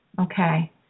Okay